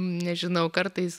nežinau kartais